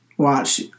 Watch